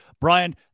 Brian